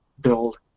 build